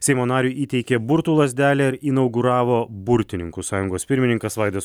seimo nariui įteikė burtų lazdelę ir inauguravo burtininka sąjungos pirmininkas vaidas